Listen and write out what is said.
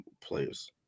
players